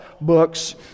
books